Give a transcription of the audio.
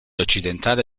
occidentale